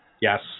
Yes